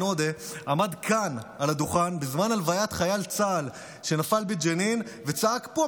עודה עמד כאן על הדוכן בזמן הלוויית חייל צה"ל שנפל בג'נין וצעק פה,